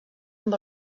amb